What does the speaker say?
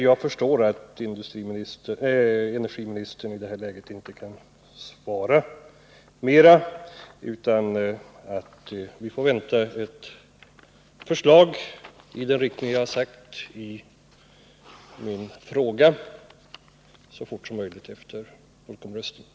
Jag förstår att energiministern i detta läge inte kan svara mera och att vi får vänta ett förslag i den riktning jag har angivit i min fråga så fort som möjligt efter folkomröstningen.